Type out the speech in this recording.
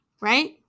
right